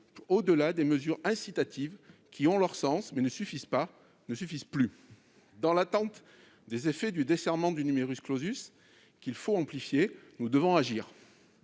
au-delà des mesures incitatives, qui ont leur sens mais qui ne suffisent pas, ne suffisent plus. Dans l'attente des effets du desserrement du, qu'il faut amplifier, nous devons donc